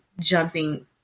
jumping